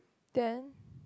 then